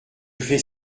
fais